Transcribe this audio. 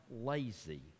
lazy